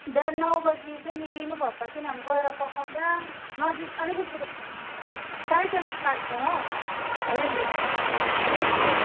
बिहान नौ बजी चाहिँ निक्लिनुपर्छ किनभने गएर पकाउँदा नजिक अलिकति टाइटनिक पार्क जाउँ हौ रेली रेलीदेखि